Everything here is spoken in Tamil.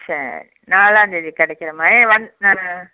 சரி நாலாம்தேதி கிடைக்கிற மாதிரி எ வந்து நான்